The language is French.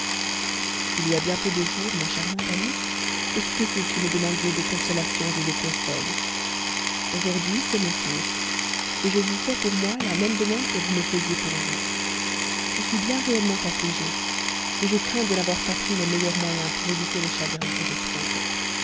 il y a bien peu de jours ma charmante amie que c'était vous qui me demandiez des consolations des conseils aujourd'hui c'est mon tour je vous fais pour moi la même demande que vous me faisiez pour vous je suis bien réellement affligée je crains de n'avoir pas pris les meilleurs moyens pour éviter le chagrin que j'éprouve